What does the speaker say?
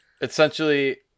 essentially